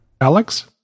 Alex